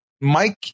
Mike